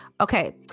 Okay